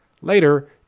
Later